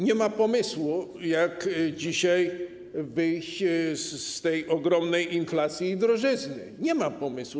Nie ma pomysłu, jak dzisiaj wyjść z tej ogromnej inflacji i drożyzny - nie ma pomysłu.